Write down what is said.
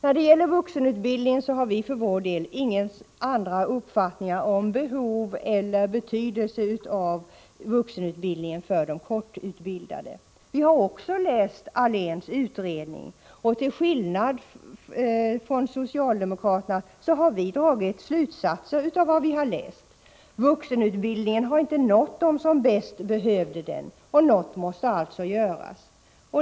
När det gäller vuxenutbildningen har vi för vår del inga andra uppfattningar om behov eller betydelse av vuxenutbildning för kortutbildade. Vi har också läst Ahléns utredning, och till skillnad från socialdemokraterna har vi dragit slutsatser av vad vi har läst. Vuxenutbildningen har inte nått dem som bäst behöver den, och något måste alltså göras.